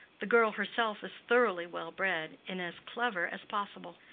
the girl herself is thoroughly well-bred, and as clever as possible.